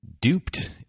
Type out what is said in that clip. duped